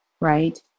right